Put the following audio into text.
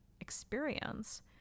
experience